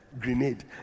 Grenade